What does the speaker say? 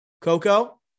Coco